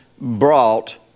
brought